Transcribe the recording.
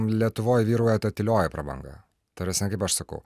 lietuvoj vyrauja ta tylioji prabanga ta prasme kaip aš sakau